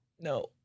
No